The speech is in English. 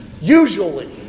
Usually